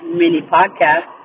mini-podcast